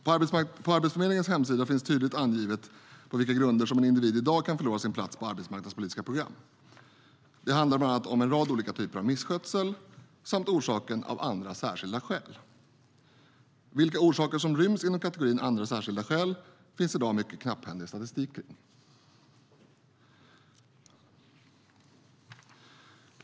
På Arbetsförmedlingens hemsida finns tydligt angivet på vilka grunder som en individ i dag kan förlora sin plats på arbetsmarknadspolitiska program. Det handlar bland annat om en rad olika typer av misskötsel samt orsaken "av andra särskilda skäl". Vilka orsaker som ryms inom denna kategori finns det i dag mycket knapphändig statistik för.